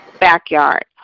backyard